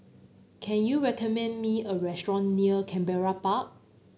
can you recommend me a restaurant near Canberra Park